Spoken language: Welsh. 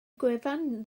gwefan